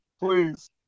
please